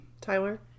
Tyler